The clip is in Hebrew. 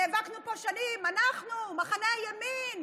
נאבקנו פה שנים, אנחנו, מחנה הימין,